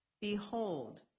Behold